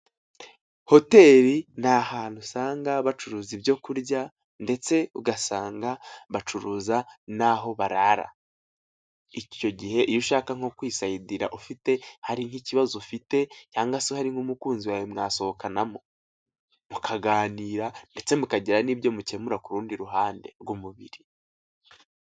Hotel ni ahantu usanga bacuruza ibyo kurya ndetse ugasanga bacuruza n'aho barara, icyo gihe iyo ushaka nko kwisayidira ufite hari nk'ikibazo ufite cyangwa se hari nk'umukunzi wawe mwasohokanamo, mukaganira ndetse mukagira n'ibyo mukemura ku rundi ruhande rw'umubiri.